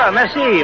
merci